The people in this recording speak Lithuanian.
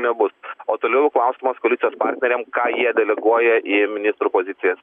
nebus o toliau klausimas koalicijos partneriam ką jie deleguoja į ministrų pozicijas